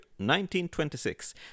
1926